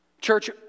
Church